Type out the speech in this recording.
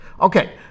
okay